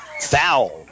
Foul